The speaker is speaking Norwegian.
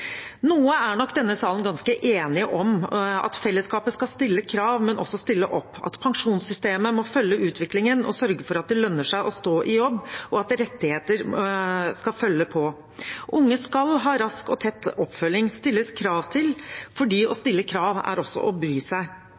Noe er nok denne salen ganske enige om – at fellesskapet skal stille krav, men også stille opp, at pensjonssystemet må følge utviklingen og sørge for at det lønner seg å stå i jobb, og at rettigheter skal følge på. Unge skal ha rask og tett oppfølging og stilles krav til, for det å stille krav er også å bry seg.